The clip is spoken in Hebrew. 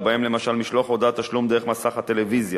ובהם למשל משלוח הודעת התשלום דרך מסך הטלוויזיה